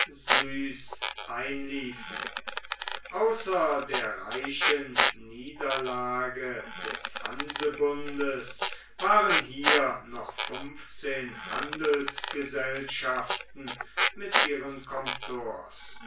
außer der reichen niederlage des hansebunds waren hier noch fünfzehn handelsgesellschaften mit ihren